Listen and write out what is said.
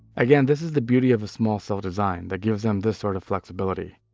again this is the beauty of a small cell design, that gives them this sort of flexibility.